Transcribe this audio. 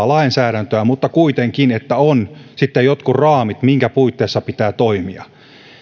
lainsäädäntöä mutta kuitenkin niin että on sitten jotkut raamit minkä puitteissa pitää toimia